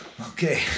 Okay